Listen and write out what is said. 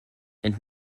and